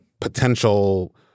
potential